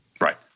Right